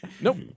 Nope